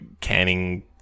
canning